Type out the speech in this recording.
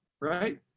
right